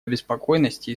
обеспокоенности